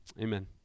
amen